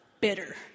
bitter